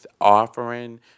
offering